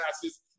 classes